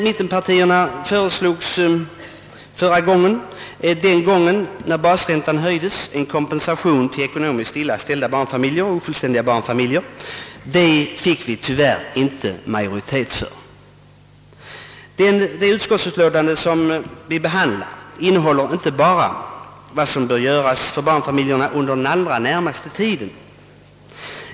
Mittenpartierna föreslog den gången då basräntan höjdes en kompensation till de ekonomiskt sämst ställda barnfamiljerna och till de ofullständiga familjerna, men vi fick tyvärr inte majoritet för detta förslag. Det utskottsutlåtande som vi nu behandlar innehåller inte bara vad som bör göras för barnfamiljerna under den allra närmaste framtiden.